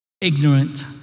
ignorant